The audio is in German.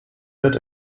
wird